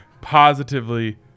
positively